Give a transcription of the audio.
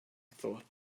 thought